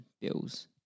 bills